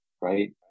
right